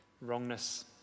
wrongness